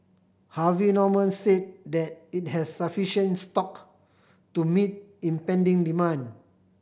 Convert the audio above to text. Harvey Norman said that it has sufficient stock to meet impending demand